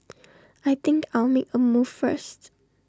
I think I'll make A move first